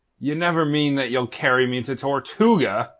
ye never mean that ye'll carry me to tortuga!